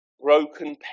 broken